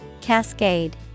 Cascade